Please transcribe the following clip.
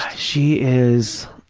she is